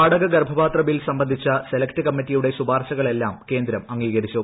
വാടക ഗർഭപാത്ര ബിൽ സംബന്ധിച്ച് സെലക്ട് കമ്മിറ്റിയുടെ ശുപാർശകളെല്ലാം കേന്ദ്രി അംഗീകരിച്ചു